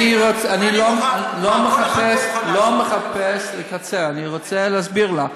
אני לא מחפש לקצר, אני רוצה להסביר לה: